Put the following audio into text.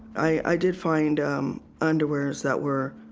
i i did find underwears that were